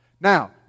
now